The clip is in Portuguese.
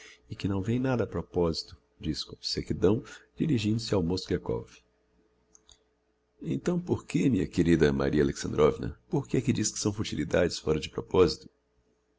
e que não vem nada a proposito disse com sequidão dirigindo-se ao mozgliakov então por quê minha querida maria alexandrovna por que é que diz que são futilidades fóra de proposito